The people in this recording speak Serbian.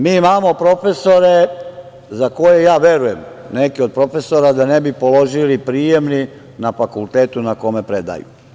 Mi imamo profesore, za koje ja verujem, neki od profesora da ne bi položili prijemni, na fakultetu na kojem predaju.